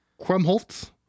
Krumholtz